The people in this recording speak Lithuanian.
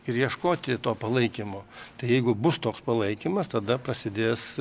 ir ieškoti to palaikymo tai jeigu bus toks palaikymas tada prasidės